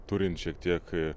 turint šiek tiek